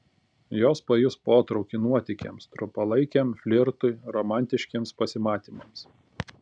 jos pajus potraukį nuotykiams trumpalaikiam flirtui romantiškiems pasimatymams